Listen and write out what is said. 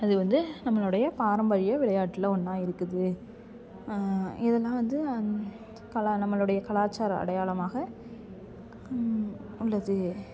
அது வந்து நம்மளுடைய பாரம்பரிய விளையாட்டில் ஒன்றாக இருக்குது இது தான் வந்து அந் கலா நம்மளுடைய கலாச்சாரம் அடையாளமாக உள்ளது